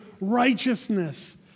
righteousness